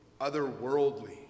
otherworldly